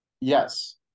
Yes